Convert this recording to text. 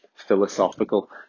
philosophical